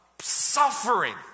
suffering